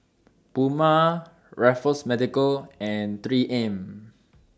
Puma Raffles Medical and three M